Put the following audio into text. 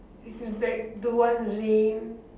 is it like the one rain